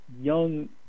young